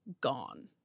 Gone